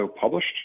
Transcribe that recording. published